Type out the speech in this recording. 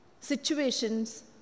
situations